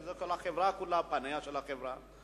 אלה פניה של החברה כולה.